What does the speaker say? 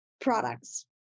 products